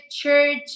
church